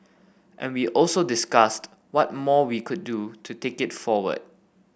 and we also discussed what more we could do to take it forward